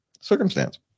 circumstance